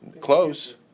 Close